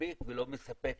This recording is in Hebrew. כדי שהם יוכלו להתקיים